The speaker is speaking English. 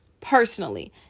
personally